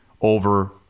over